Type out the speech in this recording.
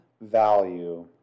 value